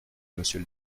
monsieur